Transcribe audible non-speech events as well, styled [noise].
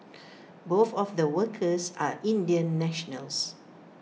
[noise] both of the workers are Indian nationals